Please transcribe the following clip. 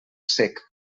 sec